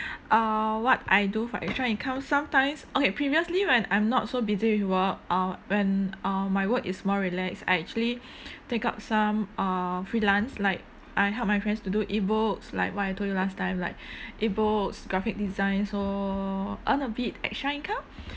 err what I do for extra income sometimes okay previously when I'm not so busy with work uh when uh my work is more relax I actually take up some uh freelance like I help my friends to do e-books like what I told you last time like e-books graphic design so earn a bit extra income